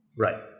Right